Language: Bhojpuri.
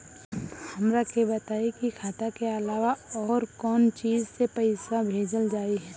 हमरा के बताई की खाता के अलावा और कौन चीज से पइसा भेजल जाई?